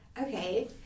Okay